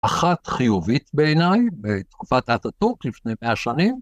אחת חיובית בעיניי בתקופת אטאטורק לפני מאה שנים.